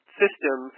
system